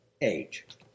age